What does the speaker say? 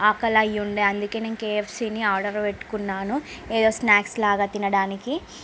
ఆకలి అయి ఉండే అందుకనే నేను కేఎఫ్సీని ఆర్డర్ పెట్టుకున్నాను ఏదో స్నాక్స్ లాగ తినడానికి